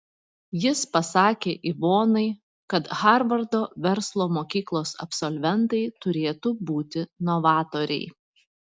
jis pasakė ivonai kad harvardo verslo mokyklos absolventai turėtų būti novatoriai